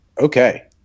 Okay